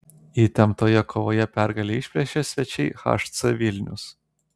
įtemptoje kovoje pergalę išplėšė svečiai hc vilnius